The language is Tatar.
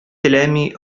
теләми